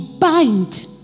bind